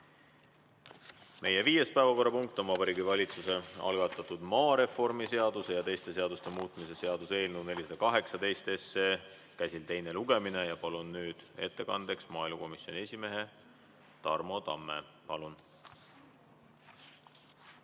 Meie viies päevakorrapunkt on Vabariigi Valitsuse algatatud maareformi seaduse ja teiste seaduste muutmise seaduse eelnõu 418, käsil on teine lugemine. Palun nüüd ettekandeks maaelukomisjoni esimehe Tarmo Tamme. Palun!